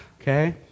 Okay